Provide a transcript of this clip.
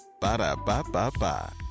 Ba-da-ba-ba-ba